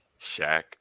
Shaq